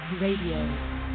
Radio